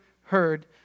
heard